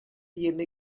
yerine